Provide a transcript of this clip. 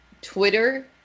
Twitter